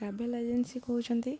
travel agency କହୁଛନ୍ତି